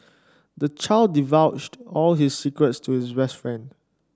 the child divulged all his secrets to his best friend